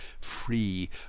free